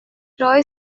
troy